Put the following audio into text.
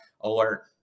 alert